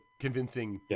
convincing